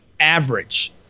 average